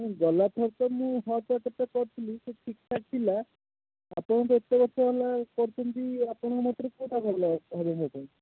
ଗଲାଥର ତ ମୁଁ ହଟ୍ ୱାଟର୍ଟା କରିଥିଲି ସେ ଠିକ୍ଠାକ୍ ଥିଲା ଆପଣ ତ ଏତେ ବର୍ଷ ହେଲା କରୁଛନ୍ତି ଆପଣଙ୍କ ମତରେ କେଉଁଟା ଭଲ ହେବ ମୋ ପାଇଁ